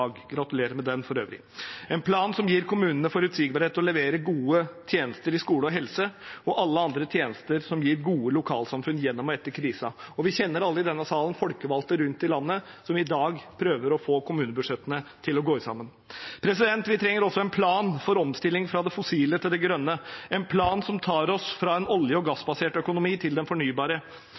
gratulerer med den, for øvrig! Vi trenger en plan som gir kommunene forutsigbarhet til å levere gode tjenester innenfor skole og helse og innenfor alle andre tjenester som gir gode lokalsamfunn gjennom og etter krisen. Og vi kjenner alle i denne salen folkevalgte rundt i landet som i dag prøver å få kommunebudsjettene til å gå sammen. Vi trenger også en plan for omstilling fra det fossile til det grønne, en plan som tar oss fra en olje- og gassbasert økonomi til den fornybare.